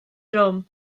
drwm